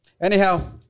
Anyhow